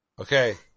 Okay